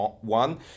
one